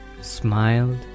smiled